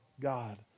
God